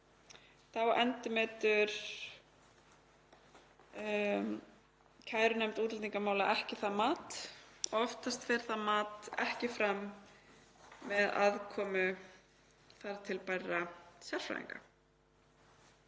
Þá endurmetur kærunefnd útlendingamála ekki það mat. Oftast fer það mat ekki fram með aðkomu þar til bærra sérfræðinga.